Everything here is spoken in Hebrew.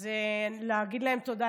אז להגיד להם תודה,